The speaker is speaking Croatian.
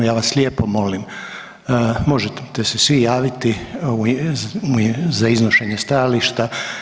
Ja vas lijepo molim možete se svi javiti za iznošenje stajališta.